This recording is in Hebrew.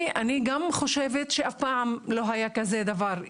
אני גם חושבת שאף פעם לא היה כזה דבר.